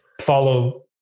follow